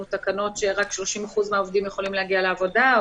תקנות שרק 30% מהעובדים יכולים להגיע לעבודה?